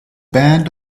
band